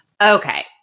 Okay